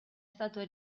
stato